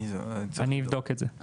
אני אבדוק את זה.